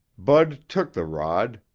bud took the rod,